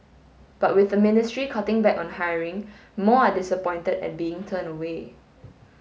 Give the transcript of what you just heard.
but with the ministry cutting back on hiring more are disappointed at being turned away